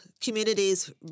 communities